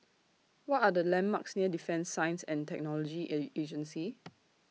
What Are The landmarks near Defence Science and Technology A Agency